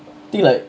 I think like